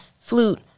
flute